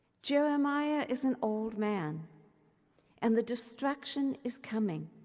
jeremiah is an old man and the destruction is coming.